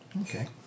Okay